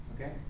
Okay